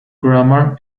grammar